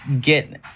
get